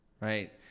right